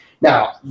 Now